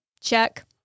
Check